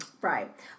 Right